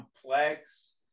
complex